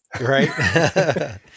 right